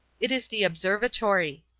it is the observatory.